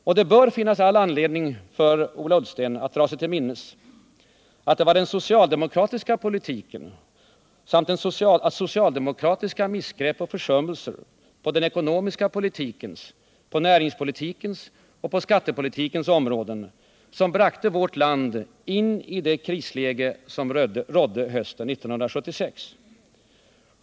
Och det bör finnas all anledning för Ola Ullsten att dra sig till minnes, att det var den socialdemokratiska politiken samt socialdemokratiska missgrepp och försummelser på den ekonomiska politikens, på näringspolitikens och på skattepolitikens områden som bragte vårt land in i det krisläge som rådde hösten 1976.